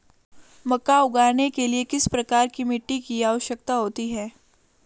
मक्का उगाने के लिए किस प्रकार की मिट्टी की आवश्यकता होती है?